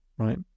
right